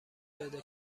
پیدا